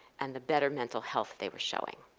and the better mental health they were showing.